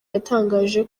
yatangaje